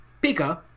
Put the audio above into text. bigger